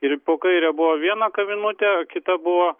ir po kaire buvo viena kavinukė o kita buvo